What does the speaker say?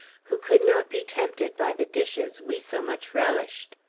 who could not be tempted by the dishes we so much relished.